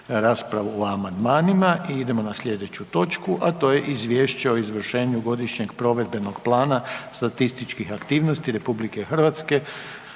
Željko (HDZ)** Idemo na slijedeću točku, a to je: - Izvješće o izvršenju Godišnjega provedbenog plana statističkih aktivnosti Republike Hrvatske